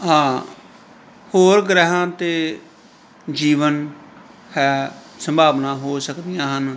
ਹਾਂ ਹੋਰ ਗ੍ਰਹਿਆਂ 'ਤੇ ਜੀਵਨ ਹੈ ਸੰਭਾਵਨਾ ਹੋ ਸਕਦੀਆਂ ਹਨ